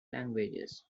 languages